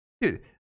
Dude